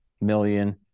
million